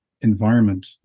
environment